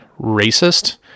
racist